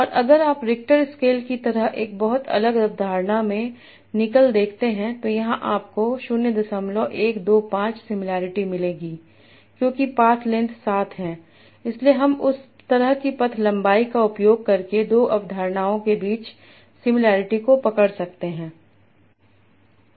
और अगर आप रिक्टर स्केल की तरह एक बहुत अलग अवधारणा में एक निकल देखते हैं तो यहां आपको 0125 सिमिलैरिटी मिलेंगी क्योंकि पाथ लेंथ 7 है इसलिए हम उस तरह की पथ लंबाई का उपयोग करके दो अवधारणाओं के बीच सिमिलैरिटी को पकड़ सकते हैं